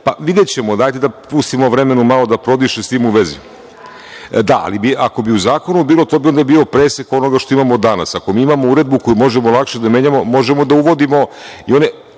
Dajte da pustimo vremenu malo da prodiše, s tim u vezi. Da, ali ako bi u zakonu bilo, to bi onda bilo presek onoga što imamo danas. Ako mi imamo uredbu koju možemo lakše da menjamo, možemo da uvodi i